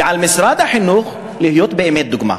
ועל משרד החינוך להיות באמת דוגמה.